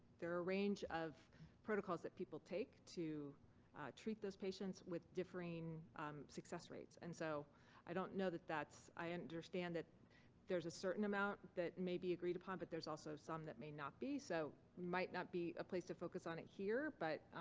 there are a range of protocols that people take to treat those patients with differing success rates and so i don't know that that's. i understand that there's a certain amount that may be agreed upon, but there's also some that may not be. so it might not be a place to focus on it here, but